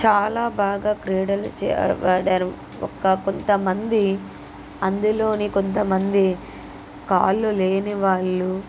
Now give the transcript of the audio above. చాలా బాగా క్రీడలు చే ఆడారు ఒక్క కొంతమంది అందులోని కొంతమంది కాళ్ళు లేనివాళ్లు